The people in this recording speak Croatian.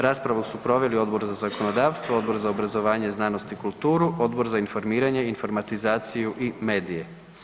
Raspravu su proveli Odbor za zakonodavstvo, Odbor za obrazovanje, znanost i kulturu, Odbor za informiranje, informatizaciju i medije.